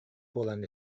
буолан